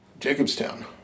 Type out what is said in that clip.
Jacobstown